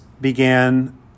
began